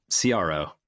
CRO